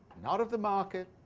not of the market,